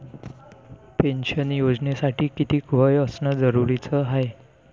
Pension योजनेसाठी कितीक वय असनं जरुरीच हाय?